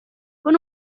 con